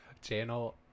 channel